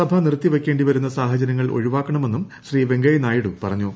സഭ നിർത്തി വയ്ക്കേണ്ടിവരുന്ന സാഹചര്യങ്ങൾ ഒഴിവാക്കണമെന്നും ശ്രീ വെങ്കയ്യനായിഡു പറഞ്ഞു